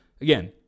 again